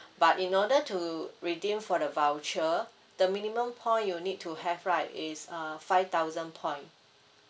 but in order to redeem for the voucher the minimum point you need to have right is uh five thousand point